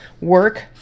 work